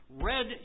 red